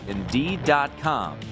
Indeed.com